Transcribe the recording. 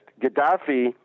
Gaddafi